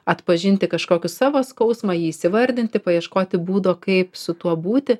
atpažinti kažkokį savo skausmą jį įvardinti paieškoti būdo kaip su tuo būti